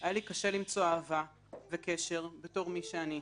היה לי קשה למצוא אהבה וקשר בתור מי שאני.